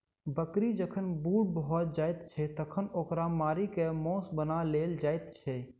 बकरी जखन बूढ़ भ जाइत छै तखन ओकरा मारि क मौस बना लेल जाइत छै